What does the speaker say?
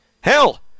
Hell